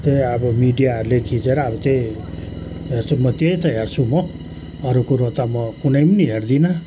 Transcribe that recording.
त्यही अब मिडियाहरूले खिचेर अब त्यही हेर्छु म त्यही चाहिँ हेर्छु म अरू कुरो त म कुनैपनि हेर्दिनँ